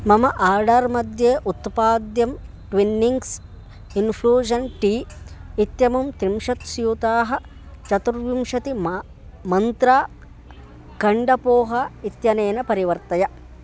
मम आर्डर् मध्ये उत्पाद्यं ट्विन्निङ्ग्स् इन्फ्लूजन् टी इत्यमुं त्रिंशत् स्यूताः चतुर्विंशतिः मा मन्त्रा खण्डपोहा इत्यनेन परिवर्तय